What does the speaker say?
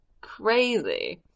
crazy